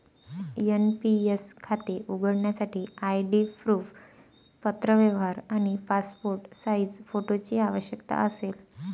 NPS खाते उघडण्यासाठी ID proof, पत्रव्यवहार आणि पासपोर्ट साइज फोटोची आवश्यकता असेल